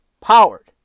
powered